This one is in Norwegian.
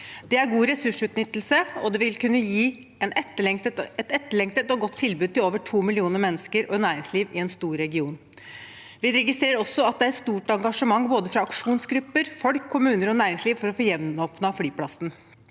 Det er god ressursutnyttelse, og det vil kunne gi et etterlengtet og godt tilbud til over 2 millioner mennesker og næringslivet i en stor region. Vi registrerer også at det er stort engasjement både fra aksjonsgrupper, folk, kommuner og næringslivet for å få gjenåpnet flyplassen.